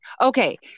Okay